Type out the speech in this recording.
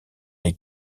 est